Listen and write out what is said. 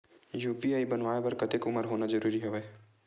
UPI बनवाय बर कतेक उमर होना जरूरी हवय?